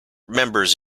members